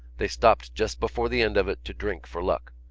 they stopped just before the end of it to drink for luck.